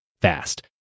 fast